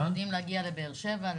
אנחנו יודעים להגיע לבאר שבע,